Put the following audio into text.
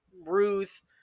Ruth